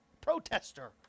Protester